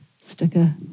sticker